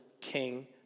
King